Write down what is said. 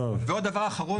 ועוד דבר אחרון.